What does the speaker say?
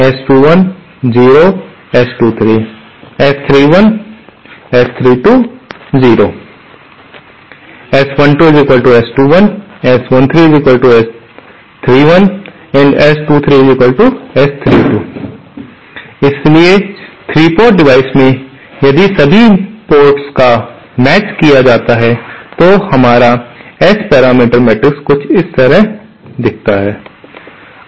इसलिए 3 port device में यदि सभी पोर्ट्स का मेचड़ किया जाता है तो हमारा S पैरामीटर मैट्रिक्स कुछ इस तरह दिखता है